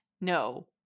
No